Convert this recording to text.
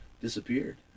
disappeared